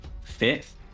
Fifth